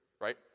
right